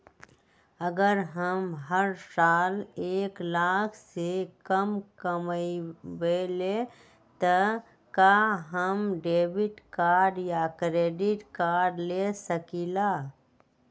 अगर हम हर साल एक लाख से कम कमावईले त का हम डेबिट कार्ड या क्रेडिट कार्ड ले सकीला?